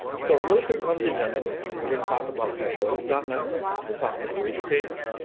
so really quick on the agenda. like we're going to talk about like what is dot net will talk about razor pages.